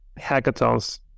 hackathons